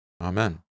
Amen